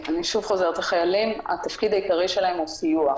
החיילים, התפקיד שלהם הוא סיוע.